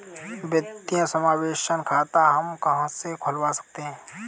वित्तीय समावेशन खाता हम कहां से खुलवा सकते हैं?